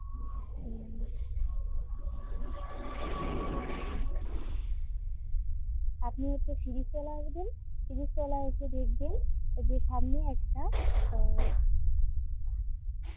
আপনি হচ্ছে শিরীষতলা আসবেন শিরীষতলা এসে দেখবেন যে সামনে একটা